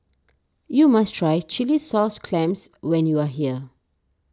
you must try Chilli Sauce Clams when you are here